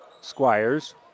Squires